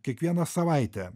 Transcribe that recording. kiekvieną savaitę